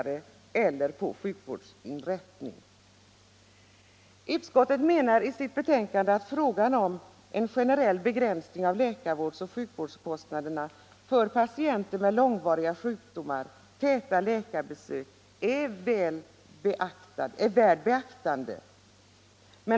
Utskottet menar i sitt betänkande att frågan om en generell begränsning av läkarvårds och sjukvårdskostnaderna för patienter med långvariga sjukdomar och täta läkarbesök är värd beaktande.